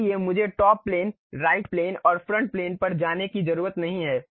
इसलिए मुझे top plane right plane और फ्रंट प्लेन पर जाने की जरूरत नहीं है